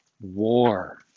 war